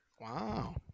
Wow